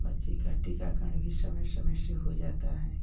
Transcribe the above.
बच्चे का टीकाकरण भी समय समय से हो जाता है